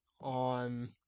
on